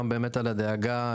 גם באמת על הדאגה,